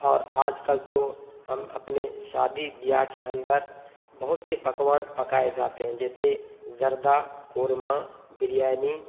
اور آج کل تو ہم اپنے شادی بیاہ کے اندر بہت سے پکوان پکائے جاتے ہیں جیسے زردہ قورمہ بریانی